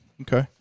Okay